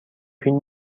فیلم